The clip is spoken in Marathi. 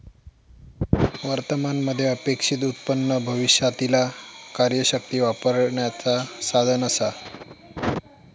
वर्तमान मध्ये अपेक्षित उत्पन्न भविष्यातीला कार्यशक्ती वापरण्याचा साधन असा